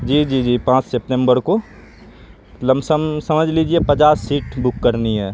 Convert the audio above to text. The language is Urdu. جی جی جی پانچ سپتمبر کو لم سم سمجھ لیجیے پچاس سیٹ بک کرنی ہے